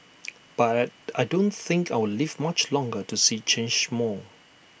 but I I don't think I'll live much longer to see IT change more